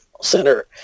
Center